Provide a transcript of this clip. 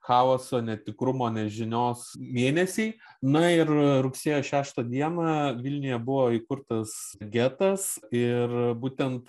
chaoso netikrumo nežinios mėnesiai na ir rugsėjo šeštą dieną vilniuje buvo įkurtas getas ir būtent